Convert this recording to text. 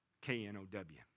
K-N-O-W